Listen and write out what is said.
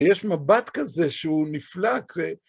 יש מבט כזה שהוא נפלא